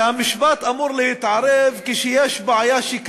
שהמשפט אמור להתערב כשקיימת בעיה,